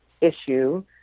issue